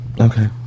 Okay